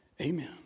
Amen